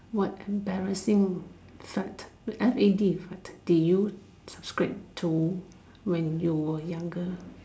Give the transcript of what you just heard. what embarrassing fad F A D fad did you subscribe to when you were younger